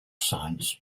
science